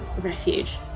refuge